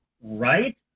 right